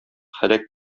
һәлак